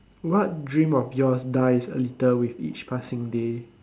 what dream of yours dies a little with each passing day